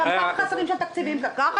בגלל